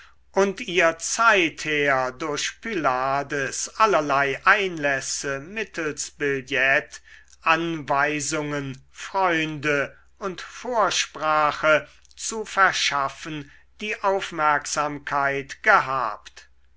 und ihr zeither durch pylades allerlei einlässe mittels billette anweisungen freunde und vorsprache zu verschaffen die aufmerksamkeit gehabt